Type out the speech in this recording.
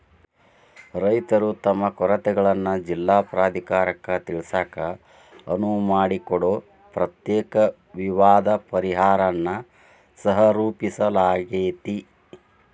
ರೈತರು ತಮ್ಮ ಕೊರತೆಗಳನ್ನ ಜಿಲ್ಲಾ ಪ್ರಾಧಿಕಾರಕ್ಕ ತಿಳಿಸಾಕ ಅನುವು ಮಾಡಿಕೊಡೊ ಪ್ರತ್ಯೇಕ ವಿವಾದ ಪರಿಹಾರನ್ನ ಸಹರೂಪಿಸಲಾಗ್ಯಾತಿ